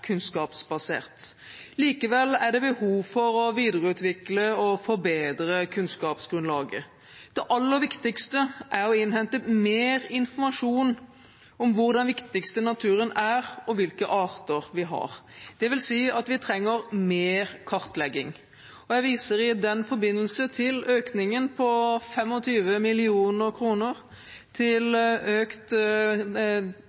kunnskapsbasert. Likevel er det behov for å videreutvikle og forbedre kunnskapsgrunnlaget. Det aller viktigste er å innhente mer informasjon om hvor den viktigste naturen er, og hvilke arter vi har, dvs. at vi trenger mer kartlegging. Jeg viser i den forbindelse til økningen på 25 mill. kr til